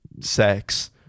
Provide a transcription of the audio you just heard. sex